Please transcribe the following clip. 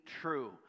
true